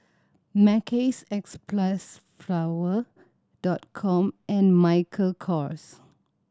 Mackays Xpressflower Dot Com and Michael Kors